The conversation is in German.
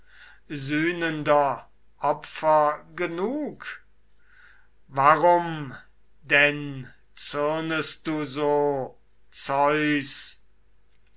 sühnender opfer genug warum denn zürnest du so zeus